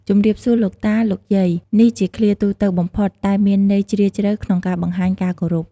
ជំរាបសួរលោកតា លោកយាយ នេះជាឃ្លាទូទៅបំផុត តែមានន័យជ្រាលជ្រៅក្នុងការបង្ហាញការគោរព។